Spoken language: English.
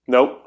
Nope